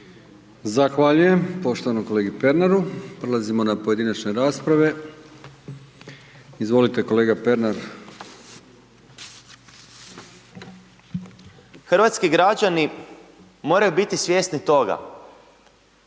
Zahvaljujem poštovanom kolegi Pernaru. Prelazimo na pojedinačne rasprave. Izvolite kolega Pernar. **Pernar, Ivan (Živi zid)** Hrvatski građani moraju biti svjesni toga